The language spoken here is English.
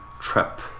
Trap